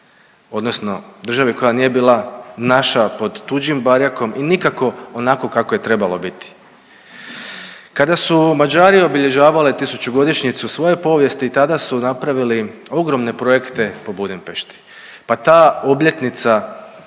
odnosno državi koja nije bila naša pod tuđim barjakom i nikako onako kako je trebalo biti. Kada su Mađari obilježavali tisućugodišnjicu svoje povijesti tada su napravili ogromne projekte po Budimpešti, pa ta obljetnica